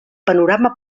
panorama